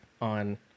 on